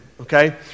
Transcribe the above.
okay